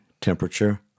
temperature